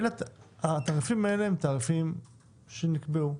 התעריפים האלה הם תעריפים שנקבעו,